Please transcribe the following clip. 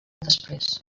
després